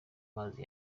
mazi